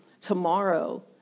tomorrow